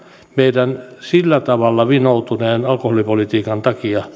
meidän sillä tavalla vinoutuneen alkoholipolitiikkamme takia